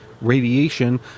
radiation